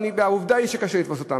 ועובדה שקשה לתפוס אותם.